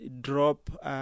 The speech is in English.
drop